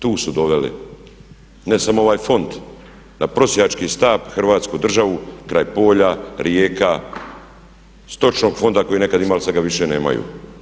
Tu su doveli ne samo ovaj fond na prosjački štap hrvatsku državu kraj polja, rijeka, stočnog fonda koji je nekada imao ali sad ga više nemaju.